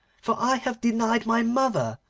for i have denied my mother,